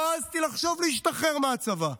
לא העזתי לחשוב להשתחרר מהצבא.